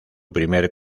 primer